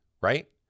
right